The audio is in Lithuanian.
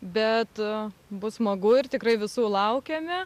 bet bus smagu ir tikrai visų laukiame